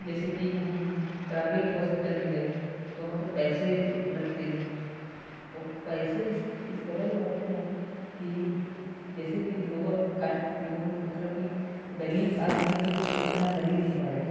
जैसे कि हम प्राइबेट हॉस्पिटल में गए तो वहाँ पर पैसे लगते हैं और पैसे इस इस कदर लगते हैं कि जैसे कि लोवल काश्ट के लोग मतलब कि गरीब आदमी तो इतना भर ही नहीं पाएगा